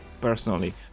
personally